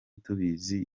tubizi